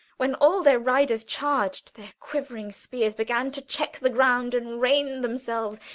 when all their riders charg'd their quivering spears, began to check the ground and rein themselves,